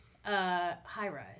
high-rise